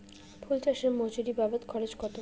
ফুল চাষে মজুরি বাবদ খরচ কত?